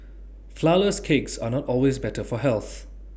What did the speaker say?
Flourless Cakes are not always better for health